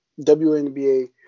WNBA